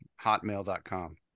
hotmail.com